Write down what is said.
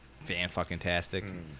Fan-fucking-tastic